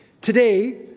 Today